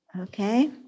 Okay